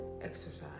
exercise